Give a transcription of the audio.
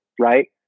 right